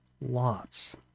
lots